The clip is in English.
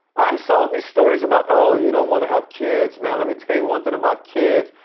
i saw all these stories about oh, you don't want to have kids, man, let me tell you one thing about kids.